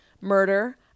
murder